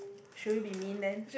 should we be mean then